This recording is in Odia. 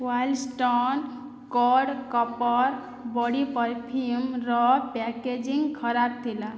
wild Stone code copper body ପର୍ଫ୍ୟୁମର ପ୍ୟାକେଜିଂ ଖରାପ ଥିଲା